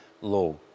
law